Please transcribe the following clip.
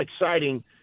exciting